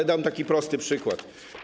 Podam taki prosty przykład.